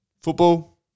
football